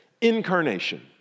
incarnation